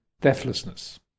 deathlessness